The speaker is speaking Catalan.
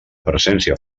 presència